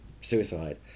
suicide